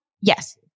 Yes